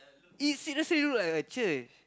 it seriously look like a church